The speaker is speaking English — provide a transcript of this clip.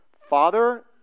Father